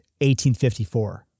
1854